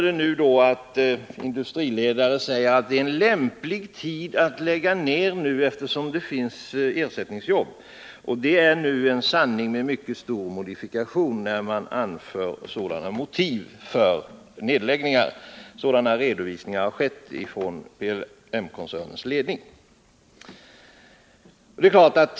Det händer att industriledare säger att det nu är lämpligt att lägga ned, eftersom det finns ersättningsjobb. Det är en sanning med mycket stor modifikation, när man anför sådana motiv för nedläggningar. Dylika redovisningar har skett från PLM-koncernens ledning.